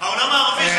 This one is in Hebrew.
העולם הערבי חי בשלום?